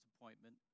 appointment